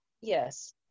Yes